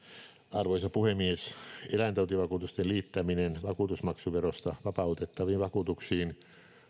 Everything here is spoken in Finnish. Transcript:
arvoisa puhemies eläintautivakuutusten liittäminen vakuutusmaksuverosta vapautettaviin vakuutuksiin